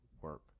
work